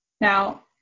Now